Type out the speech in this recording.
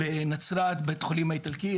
בית החולים האיטלקי,